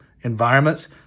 environments